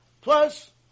Plus